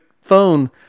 phone